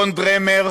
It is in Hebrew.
רון דרמר,